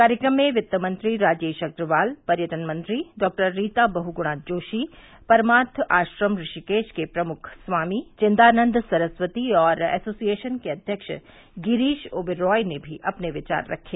कार्यक्रम में वित्तमंत्री राजेश अग्रवाल पर्यटन मंत्री डॉक्टर रीता बहगुणा जोशी परमार्थ आश्रम ऋषिकेश के प्रमुख स्वामी विदानंद सरस्वती और एसोसियेशन के अध्यक्ष गिरीश ओबेराय ने भी अपने विचार रखे